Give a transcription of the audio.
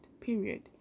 period